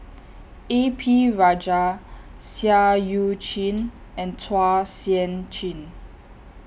A P Rajah Seah EU Chin and Chua Sian Chin